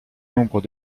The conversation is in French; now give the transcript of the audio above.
nombre